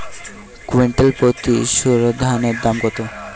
Quintal প্রতি সরুধানের দাম কত?